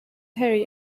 harry